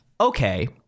okay